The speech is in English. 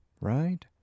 Right